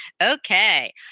Okay